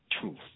Truth